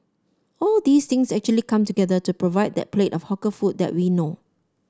all these things actually come together to provide that plate of hawker food that we know